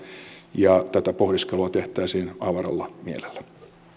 ja tätä pohdiskelua tehtäisiin avaralla mielellä